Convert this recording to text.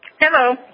Hello